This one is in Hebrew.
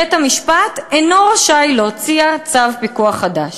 בית-המשפט אינו רשאי להוציא צו פיקוח חדש.